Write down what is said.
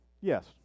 yes